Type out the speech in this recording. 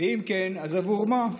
ואם כן, אז עבור מה?